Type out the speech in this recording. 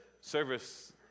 service